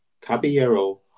Caballero